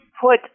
put